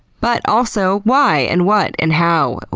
but also why? and what? and how?